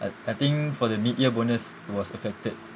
I I think for the mid year bonus was affected